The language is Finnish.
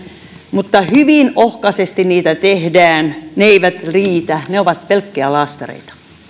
mutta hyvin ohkaisesti niitä tehdään ne eivät riitä ne ovat pelkkiä laastareita